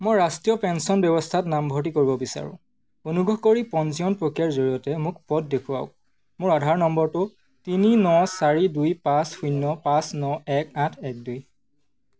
মই ৰাষ্ট্ৰীয় পেন্সন ব্যৱস্থাত নাম ভৰ্তি কৰিব বিচাৰোঁ অনুগ্ৰহ কৰি পঞ্জীয়ন প্ৰক্ৰিয়াৰ জৰিয়তে মোক পথ দেখুৱাওক মোৰ আধাৰ নম্বৰটো তিনি ন চাৰি দুই পাঁচ শূন্য পাঁচ ন এক আঠ এক দুই